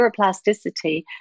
neuroplasticity